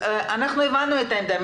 הבנו את העמדה.